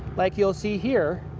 like you'll see here.